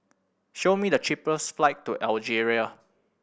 show me the cheapest flight to Algeria